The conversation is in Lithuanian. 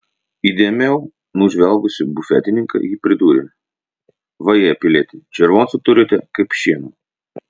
įdėmiau nužvelgusi bufetininką ji pridūrė vaje pilieti červoncų turite kaip šieno